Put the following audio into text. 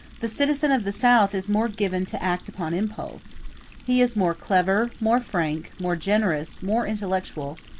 the citizen of the south is more given to act upon impulse he is more clever, more frank, more generous, more intellectual,